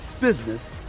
business